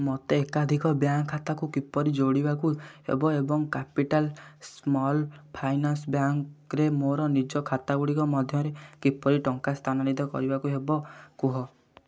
ମୋତେ ଏକାଧିକ ବ୍ୟାଙ୍କ୍ ଖାତାକୁ କିପରି ଯୋଡ଼ିବାକୁ ହେବ ଏବଂ କ୍ୟାପିଟାଲ୍ ସ୍ମଲ୍ ଫାଇନାନ୍ସ ବ୍ୟାଙ୍କ୍ରେ ମୋର ନିଜ ଖାତାଗୁଡ଼ିକ ମଧ୍ୟରେ କିପରି ଟଙ୍କା ସ୍ଥାନାନିତ କରିବାକୁ ହେବ କୁହ